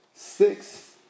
Six